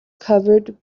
covered